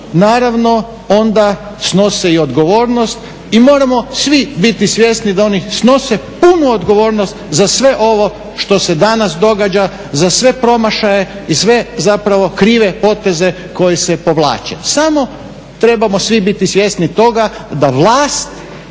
naravno onda snose i odgovornost i moramo svi biti svjesni da oni snose punu odgovornost za sve ovo što se danas događa, za sve promašaje i sve zapravo krive poteze koji se povlače. Samo trebamo svi biti svjesni toga da vlast,